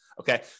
Okay